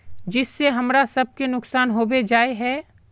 जिस से हमरा सब के नुकसान होबे जाय है?